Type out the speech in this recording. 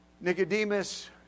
Nicodemus